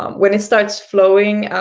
um when it starts flowing,